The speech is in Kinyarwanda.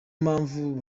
mpamvu